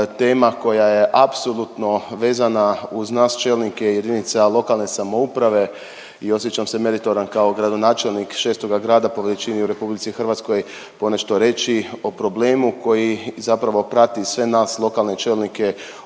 tema koja je apsolutno vezana uz nas čelnike jedinica lokalne samouprave i osjećam se meritoran kao gradonačelnik 6. grada po veličini u RH ponešto reći o problemu koji zapravo prati sve nas lokalne čelnike od